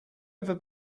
ever